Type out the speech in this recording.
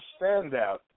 standout